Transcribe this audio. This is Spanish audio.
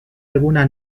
alguna